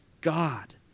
God